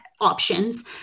Options